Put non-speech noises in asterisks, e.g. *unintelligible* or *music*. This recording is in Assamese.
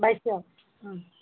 *unintelligible*